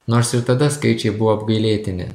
nors ir tada skaičiai buvo apgailėtini